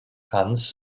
hans